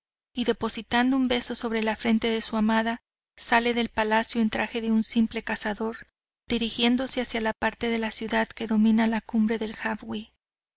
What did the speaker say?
y depositando un beso sobre la frente de su amada sale del palacio en traje de un simple cazador dirigiéndose hacia la parte de la ciudad que domina la